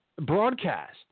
broadcast